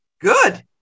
Good